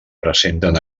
presenten